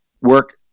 work